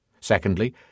Secondly